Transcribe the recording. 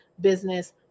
business